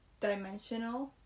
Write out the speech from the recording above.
dimensional